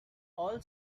all